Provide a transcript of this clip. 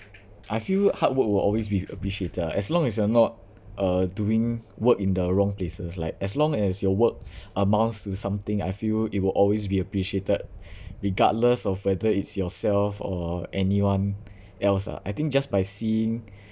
I feel hard work will always be appreciated as long as you're not uh doing work in the wrong places like as long your work amounts to something I feel it will always be appreciated regardless of whether it's yourself or anyone else ah I think just by seeing